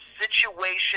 situation